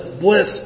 Bliss